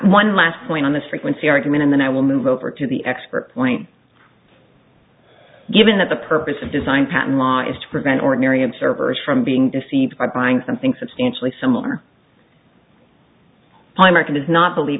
one last point on this frequency argument and then i will move over to the expert point given that the purpose of design patent law is to prevent ordinary observers from being deceived by buying something substantially similar by market does not believe